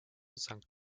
sankt